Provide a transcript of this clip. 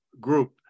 group